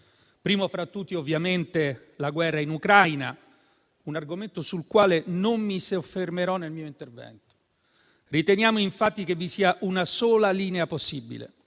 primo fra tutti, ovviamente, la guerra in Ucraina, un argomento sul quale non mi soffermerò nel mio intervento. Riteniamo infatti che vi sia una sola linea possibile: